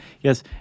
yes